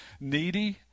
needy